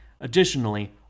Additionally